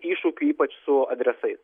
iššūkių ypač su adresais